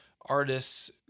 artists